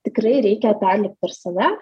tikrai reikia perlipt per save